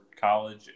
College